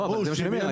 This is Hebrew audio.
אבל זה מה שאני אומר,